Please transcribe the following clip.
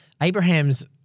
Abraham's